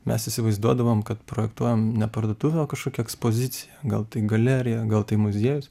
mes įsivaizduodavom kad projektuojam ne parduotuvę o kažkokią ekspoziciją gal tai galerija gal tai muziejus